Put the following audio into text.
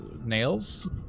nails